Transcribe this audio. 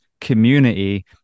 community